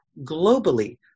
globally